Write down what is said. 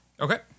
Okay